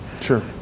Sure